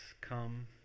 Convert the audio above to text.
come